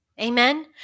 Amen